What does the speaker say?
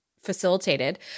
facilitated